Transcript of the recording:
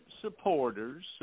supporters